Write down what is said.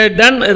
done